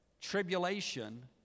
Tribulation